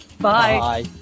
Bye